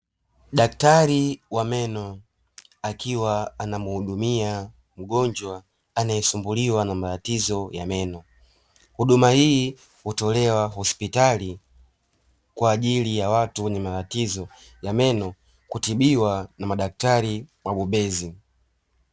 Daktari wa meno akiwa anamhudumia mgonjwa anayesumbuliwa na matatizo ya meno, huduma hii hutolewa hospitali kwa ajili ya watu wenye matatizo ya meno kutibiwa na madaktari wabobezi.